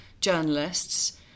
journalists